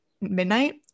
midnight